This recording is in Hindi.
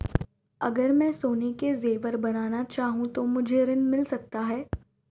अगर मैं सोने के ज़ेवर बनाना चाहूं तो मुझे ऋण मिल सकता है?